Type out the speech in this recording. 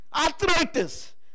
Arthritis